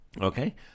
Okay